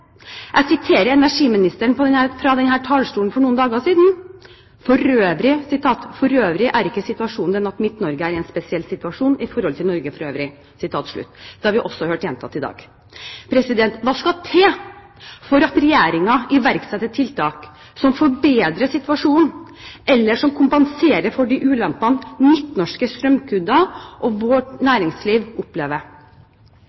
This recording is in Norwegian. Jeg siterer det energiministeren sa fra denne talerstolen for noen dager siden: «For øvrig er ikke situasjonen den at Midt-Norge er i en spesiell situasjon i forhold til Norge for øvrig.» Det har vi også hørt gjentatt i dag. Hva skal til for at Regjeringen iverksetter tiltak som forbedrer situasjonen, eller som kompenserer for de ulempene midtnorske strømkunder og